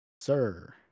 Sir